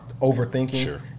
overthinking